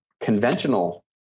conventional